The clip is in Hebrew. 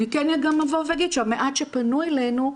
אני כן גם אבוא ואגיד שהמעט שפנו אלינו,